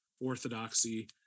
orthodoxy